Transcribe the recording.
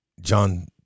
John